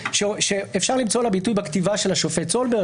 שאפשר למצוא לה ביטוי בכתיבה של השופט סולברג,